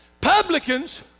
publicans